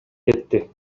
кетти